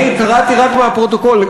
אני קראתי רק מהפרוטוקול.